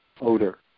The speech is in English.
odor